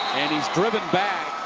he's driven back.